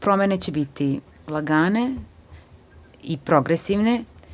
Promene će biti lagane i progresivne.